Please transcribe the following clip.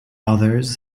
others